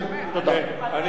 תודה רבה.